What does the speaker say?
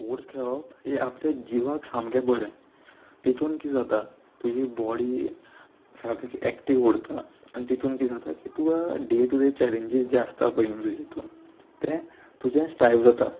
sports खेळप हे आपल्या जिवाक सामकें बरें तितून कित जाता तुजी बॉडी सामकी एक्टीव उरता आनी तितून कित जाता की तुका डे टू डे चॅलेंजीस जे आसता पय न्ही तुजे हितून तें तुजें स्ट्रायव्ह जाता